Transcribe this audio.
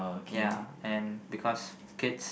ya and because kids